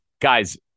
guys